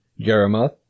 Jeremoth